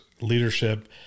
leadership